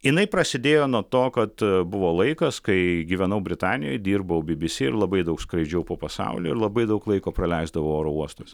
jinai prasidėjo nuo to kad buvo laikas kai gyvenau britanijoj dirbau bbc ir labai daug skraidžiau po pasaulį labai daug laiko praleisdavau oro uostuose